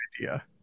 idea